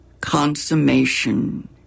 consummation